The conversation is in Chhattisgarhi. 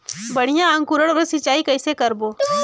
बढ़िया अंकुरण बर सिंचाई कइसे करबो?